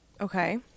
Okay